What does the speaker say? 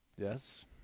Yes